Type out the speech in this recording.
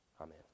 Amen